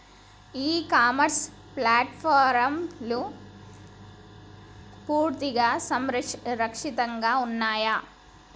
ఇ commerce ప్లాట్ఫారమ్లు పూర్తిగా సురక్షితంగా ఉన్నయా?